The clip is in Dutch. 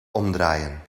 omdraaien